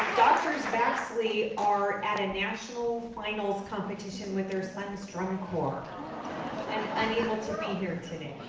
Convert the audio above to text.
doctors baxley are at a national finals competition with her son's drum corps and unable to be here today.